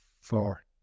four